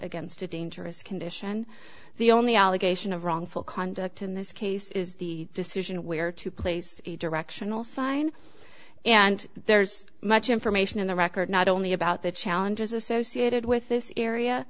against a dangerous condition the only allegation of wrongful conduct in this case is the decision where to place a directional sign and there's much information in the record not only about the challenges associated with this area